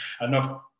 enough